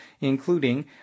including